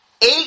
Eight